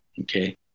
okay